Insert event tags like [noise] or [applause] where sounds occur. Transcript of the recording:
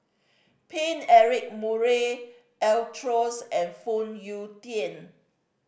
Paine Eric Murray [unintelligible] and Phoon Yew Tien